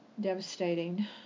devastating